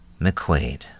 McQuaid